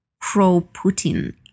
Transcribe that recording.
pro-Putin